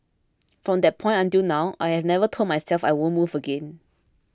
from that point until now I have never told myself I won't move again